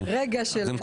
ככה.